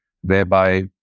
whereby